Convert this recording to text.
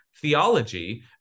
theology